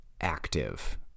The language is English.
active